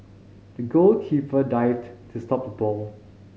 the goalkeeper dived to stop the ball